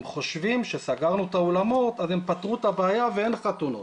הם חושבים שסגרנו את האולמות אז הם פתרו את הבעיה ואין חתונות.